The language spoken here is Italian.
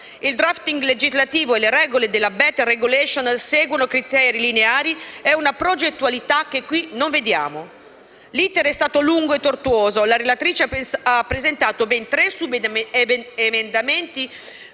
Il *drafting* legislativo e le regole della *better* *regulation* seguono criteri lineari e una progettualità che qui non vediamo. L'*iter* è stato lungo e tortuoso e la relatrice ha presentato ben tre emendamenti